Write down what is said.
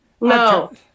No